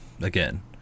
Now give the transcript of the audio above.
again